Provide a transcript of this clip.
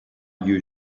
you